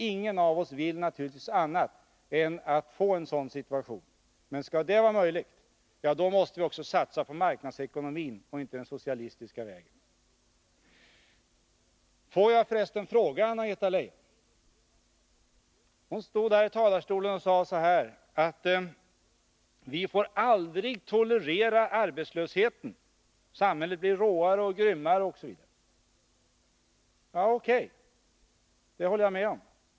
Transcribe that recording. Ingen av oss vill naturligtvis annat än att få en sådan situation, men skall det vara möjligt, måste vi också satsa på marknadsekonomin och inte gå den socialistiska vägen. Anna-Greta Leijon stod här i talarstolen och sade att vi får aldrig tolerera arbetslösheten — samhället blir råare och grymmare, osv. Ja, det håller jag med om.